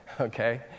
Okay